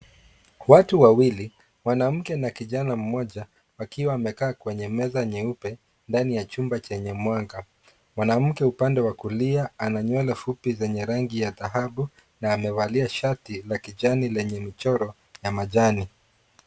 Watu wawili, mwanamke na kijana mmoja, wakiwa wamekaa kwenye meza nyeupe ndani ya chumba chenye mwanga. Mwanamke upande wa kulia ana nywele fupi zenye rangi ya dhahabu na amevalia shati la kijani lenye michoro ya majani.